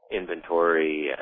inventory